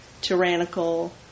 tyrannical